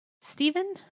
Stephen